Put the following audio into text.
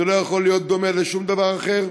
זה לא יכול להיות דומה לשום דבר אחר,